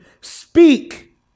speak